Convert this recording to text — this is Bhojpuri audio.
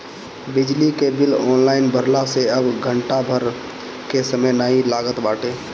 बिजली के बिल ऑनलाइन भरला से अब घंटा भर के समय नाइ लागत बाटे